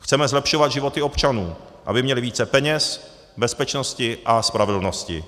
Chceme zlepšovat životy občanů, aby měli více peněz, bezpečnosti a spravedlnosti.